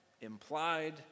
Implied